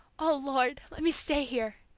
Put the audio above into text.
o lord, let me stay here,